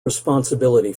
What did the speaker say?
responsibility